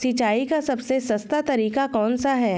सिंचाई का सबसे सस्ता तरीका कौन सा है?